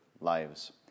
lives